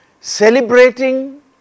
celebrating